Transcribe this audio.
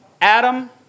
Adam